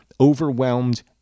overwhelmed